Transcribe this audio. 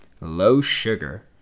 low-sugar